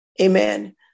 amen